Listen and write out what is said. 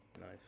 Nice